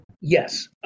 Yes